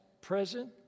present